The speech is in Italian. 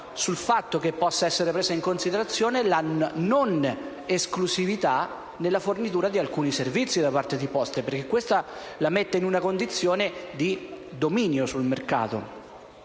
sul fatto che possa essere presa in considerazione a non esclusività della fornitura di alcuni servizi da parte di Poste. Ciò la mette in una condizione di dominio sul mercato.